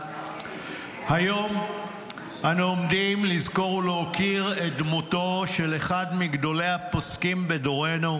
היום אנו עומדים לזכור ולהוקיר את דמותו של אחד מגדולי הפוסקים בדורנו,